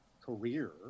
career